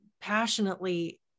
passionately